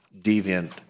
deviant